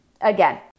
again